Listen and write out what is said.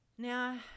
Now